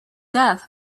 death